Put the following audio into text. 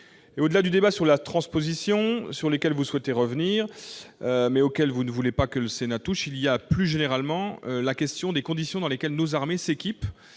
Au-delà du débat sur les surtranspositions, sur lesquelles vous souhaitez revenir, madame la ministre, mais auxquelles vous ne voulez pas que le Sénat touche, se pose plus généralement la question des conditions dans lesquelles nos armées s'équipent.